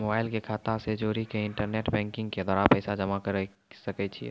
Mobile के खाता से जोड़ी के इंटरनेट बैंकिंग के द्वारा पैसा जमा करे सकय छियै?